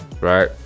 right